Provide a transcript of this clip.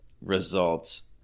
results